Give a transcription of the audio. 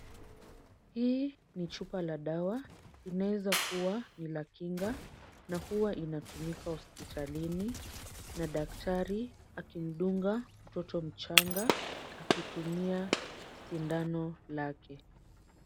Hii ni chupa la dawa. Inaweza kuwa ni la kinga na huwa inatumika hospitalini. Na daktari akimdunga mtoto mchanga akitumia sindano lake.